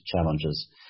challenges